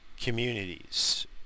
communities